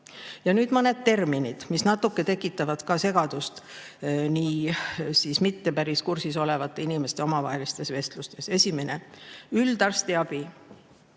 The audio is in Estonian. Nüüd mõned terminid, mis tekitavad natuke segadust mitte päris kursis olevate inimeste omavahelistes vestlustes. Esiteks, üldarstiabi